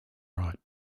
right